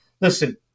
Listen